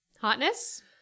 Hotness